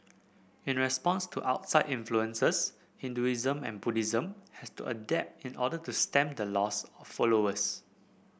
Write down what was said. in response to outside influences Hinduism and Buddhism had to adapt in order to stem the loss of followers